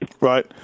Right